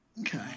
Okay